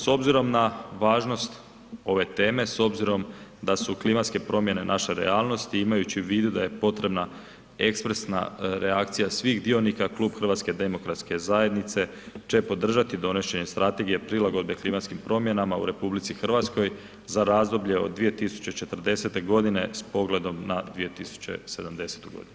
S obzirom na važnost ove teme, s obzirom da su klimatske promjene naša realnost, i imajući u vidu da je potrebna ekspresna reakcija svih dionika, Klub Hrvatske demokratske zajednice će podržati donošenje Strategije prilagodbe klimatskim promjenama u Republici Hrvatskoj za razdoblje od 2040.-te godine s pogledom na 2070.-tu godinu.